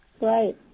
Right